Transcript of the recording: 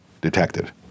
detected